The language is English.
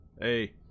Hey